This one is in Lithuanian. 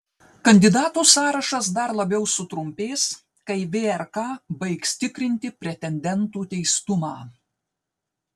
kandidatų sąrašas dar labiau sutrumpės kai vrk baigs tikrinti pretendentų teistumą